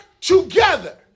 together